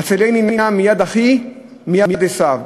"הצילני נא מיד אחי מיד עשו".